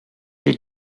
the